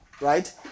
Right